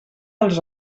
els